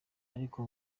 ariko